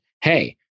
Hey